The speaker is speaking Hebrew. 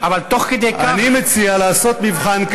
אבל תוך כדי כך, הספקת לפטר